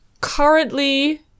Currently